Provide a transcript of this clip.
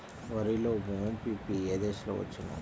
వరిలో మోము పిప్పి ఏ దశలో వచ్చును?